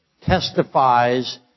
testifies